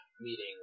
meeting